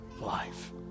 life